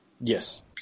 Yes